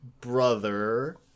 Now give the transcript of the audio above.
brother